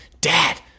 dad